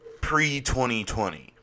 pre-2020